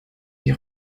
die